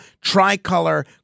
tricolor